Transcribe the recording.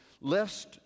lest